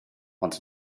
ond